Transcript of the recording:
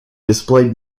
displayed